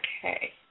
Okay